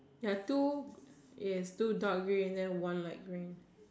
ya two is two dark green then one light green